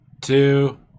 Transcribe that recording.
two